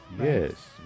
Yes